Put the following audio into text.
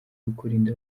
ukurinda